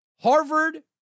Harvard